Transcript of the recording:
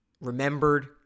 remembered